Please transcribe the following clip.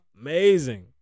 Amazing